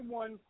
one